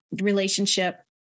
relationship